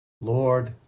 lord